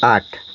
आठ